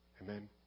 Amen